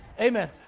Amen